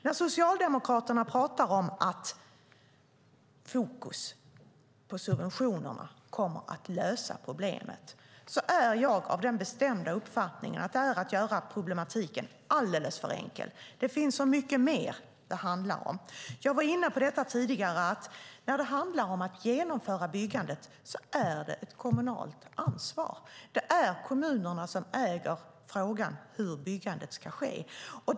När Socialdemokraterna talar om att fokus på subventionerna kommer att lösa problemet har jag den bestämda uppfattningen att det är att göra problemet alldeles för enkelt. Det finns så mycket mer. Jag har varit inne på detta tidigare, nämligen att byggandet är ett kommunalt ansvar. Kommunerna äger frågan om hur byggandet ska ske.